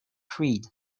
creed